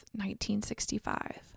1965